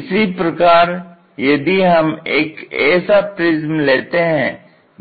इसी प्रकार यदि हम एक ऐसा प्रिज्म लेते हैं